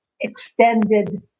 extended